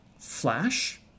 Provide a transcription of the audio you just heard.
flash